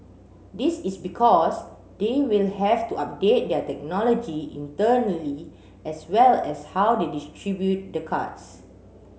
this is because they will have to update their technology internally as well as how they distribute the cards